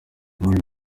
muri